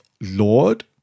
lord